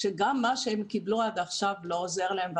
שגם מה שהם קיבלו עד עכשיו לא עוזר להם.